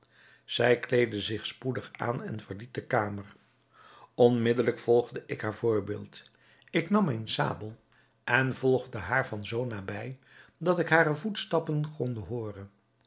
zij kleedde zich spoedig aan en verliet de kamer onmiddelijk volgde ik haar voorbeeld ik nam mijne sabel en volgde haar van zoo nabij dat ik hare voetstappen